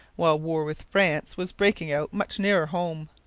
while war with france was breaking out much nearer home.